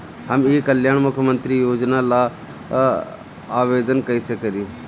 हम ई कल्याण मुख्य्मंत्री योजना ला आवेदन कईसे करी?